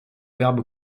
verbe